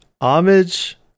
homage